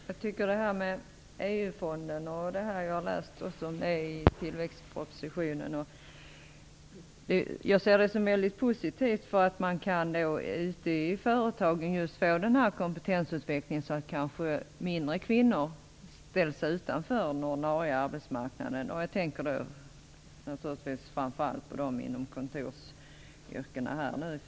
Herr talman! Jag tycker att EU-fonden och det som jag har läst i tillväxtpropositionen i detta fall är mycket positivt. Ute i företagen kan man då genomföra en kompetensutveckling så att färre kvinnor ställs utanför den ordinarie arbetsmarknaden. Jag tänker naturligtvis framför allt på kvinnorna inom kontorsyrkena.